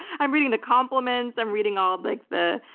i'm reading the compliments, i'm reading all like the,